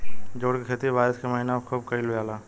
jute के खेती बारिश के महीना में खुब कईल जाला